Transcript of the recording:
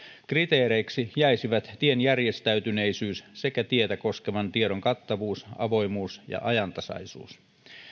kriteereiksi jäisivät tien järjestäytyneisyys sekä tietä koskevan tiedon kattavuus avoimuus ja ajantasaisuus